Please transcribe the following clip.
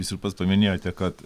jūs ir pats paminėjote kad